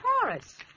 Taurus